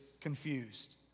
confused